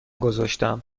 گذاشتم